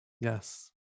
yes